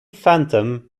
phantom